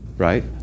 Right